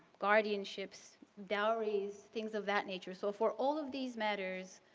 guardianships, dowries, things of that nature. so for all of these matters,